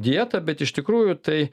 dieta bet iš tikrųjų tai